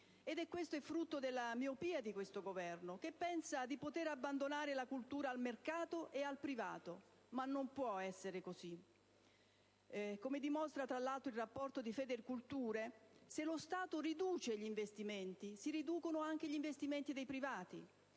Ciò è frutto della miopia di questo Governo, che pensa di poter abbandonare la cultura al mercato e al privato. Ma non può essere così, come dimostra tra l'altro il rapporto di Federculture. Se lo Stato riduce gli investimenti, si riducono anche gli investimenti dei privati,